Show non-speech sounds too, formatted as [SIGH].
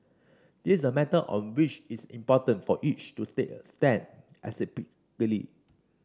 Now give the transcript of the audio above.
this a matter on which it's important for each to take a stand [UNINTELLIGIBLE]